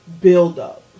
build-up